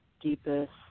deepest